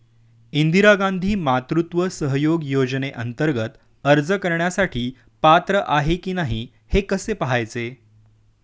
इंदिरा गांधी मातृत्व सहयोग योजनेअंतर्गत अर्ज करण्यासाठी पात्र आहे की नाही हे कसे पाहायचे?